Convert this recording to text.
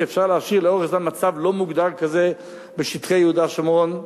שאפשר להשאיר לאורך זמן מצב לא מוגדר כזה בשטחי יהודה ושומרון,